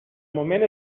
moment